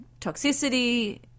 toxicity